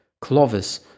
Clovis